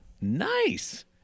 Nice